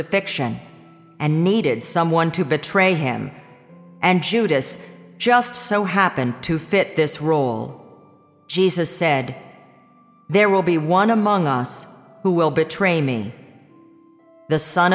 xion and needed someone to betray him and judas just so happened to fit this rule jesus said there will be one among us who will betray me the son